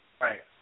right